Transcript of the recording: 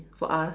for us